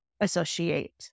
associate